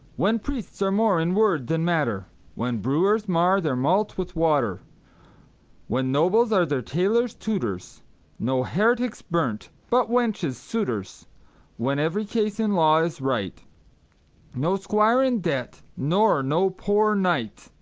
when priests are more in word than matter when brewers mar their malt with water when nobles are their tailors' tutors no heretics burn'd, but wenches' suitors when every case in law is right no squire in debt nor no poor knight